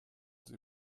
sie